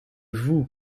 vous